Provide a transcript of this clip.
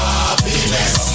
happiness